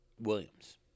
Williams